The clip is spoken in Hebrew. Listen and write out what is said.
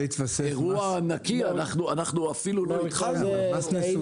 זה אירוע ענקי, אנחנו אפילו לא התחלנו